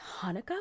Hanukkah